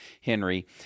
Henry